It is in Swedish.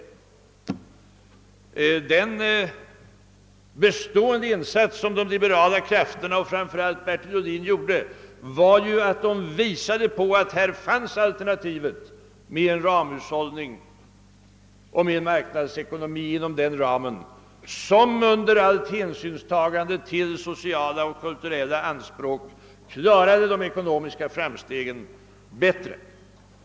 Och den bestående insats som de liberala krafterna, framför allt Bertil Ohlin, gjorde, var att de förfäktade att det fanns ett alternativ med en ramhushållning och en marknadsekonomi inom den ramen, som under allt hänsynstagande till sociala och kulturella anspråk klarade de ekonomiska framstegen bättre.